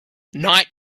night